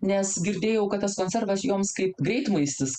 nes girdėjau kad tas konservas joms kaip greitmaistis